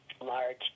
large